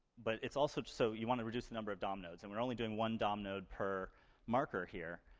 but it's also so you wanna reduce the number of dom nodes, and we're only doing one dom node per marker, here.